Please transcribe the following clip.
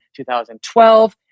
2012